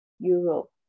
Europe